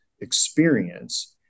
experience